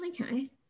Okay